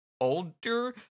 older